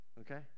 okay